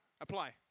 Apply